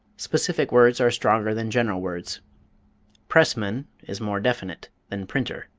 specific words are stronger than general words pressman is more definite than printer.